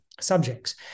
subjects